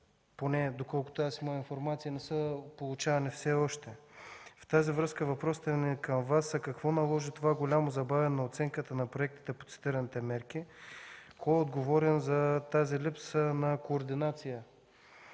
поне доколкото имам информация, не са получавани все още. В тази връзка въпросите ми към Вас са: какво наложи това голямо забавяне на оценката на проектите по цитираните мерки? Кой е отговорен за тази липса на координация?